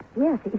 Yes